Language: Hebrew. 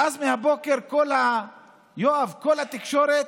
ואז מהבוקר, יואב, כל התקשורת,